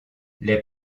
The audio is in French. les